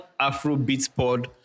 AfroBeatsPod